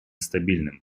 стабильным